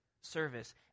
service